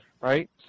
right